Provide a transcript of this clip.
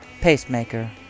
pacemaker